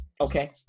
okay